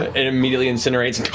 it immediately incinerates.